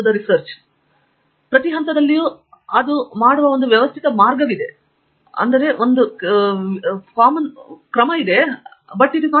ತಂಗಿರಾಲ ನಾನು ಸಂಶೋಧನೆಗಾಗಿ ಕೆಲಸದ ಹರಿವನ್ನು ಹುಡುಕುತ್ತಿದ್ದರೆ ನಿರಾಶಾದಾಯಕ ಉತ್ತರವು ಅನುಕ್ರಮದ ಕೆಲಸದ ಹರಿವು ಇಲ್ಲ ಎಂದು ನೀವು ನೋಡಿದರೆ ಇದು ಮುಖ್ಯವಾದುದು ಎಂದು ನಾನು ಭಾವಿಸುತ್ತೇನೆ